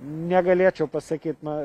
negalėčiau pasakyt na